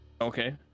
Okay